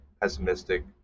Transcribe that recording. pessimistic